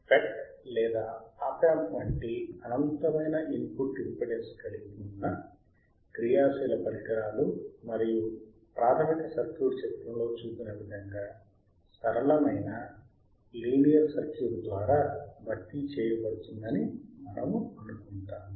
ఫెట్ లేదా op amp వంటి అనంతమైన ఇన్పుట్ ఇంపిడెన్స్ కలిగి ఉన్న క్రియాశీల పరికరాలు మరియు ప్రాథమిక సర్క్యూట్ చిత్రంలో చూపిన విధంగా సరళమైన లీనియర్ సర్క్యూట్ ద్వారా భర్తీ చేయబడుతుందని మనము అనుకుంటాము